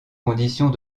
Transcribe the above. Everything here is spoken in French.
conditions